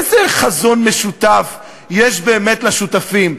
איזה חזון משותף יש באמת לשותפים?